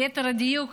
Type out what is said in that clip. ליתר דיוק,